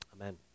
Amen